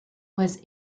was